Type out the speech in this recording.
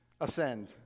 ascend